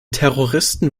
terroristen